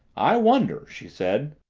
i wonder, she said.